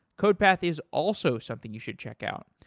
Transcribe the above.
codepath is also something you should check out.